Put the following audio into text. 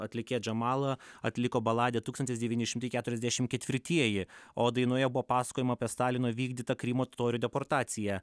atlikėja džamala atliko baladę tūkstantis devyni šimtai keturiasdešimt ketvirtieji o dainoje buvo pasakojama apie stalino vykdytą krymo totorių deportaciją